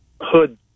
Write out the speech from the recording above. Hood